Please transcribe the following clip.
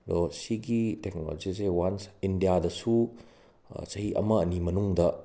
ꯑꯗꯣ ꯁꯤꯒꯤ ꯇꯦꯛꯅꯣꯂꯣꯖꯤꯁꯦ ꯋꯥꯟ꯭ꯁ ꯏꯟꯗꯤꯌꯥꯗꯁꯨ ꯆꯍꯤ ꯑꯃ ꯑꯅꯤ ꯃꯅꯨꯡꯗ